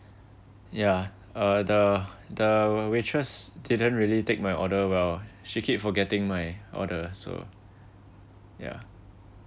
yeah uh the the waitress didn't really take my order well she keep forgetting my order so ya